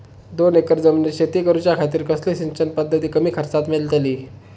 दोन एकर जमिनीत शेती करूच्या खातीर कसली सिंचन पध्दत कमी खर्चात मेलतली?